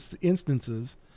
instances